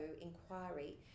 inquiry